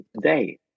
today